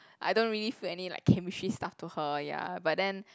I don't really feel any like chemistry stuff to her ya but then